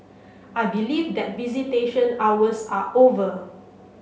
I believe that visitation hours are over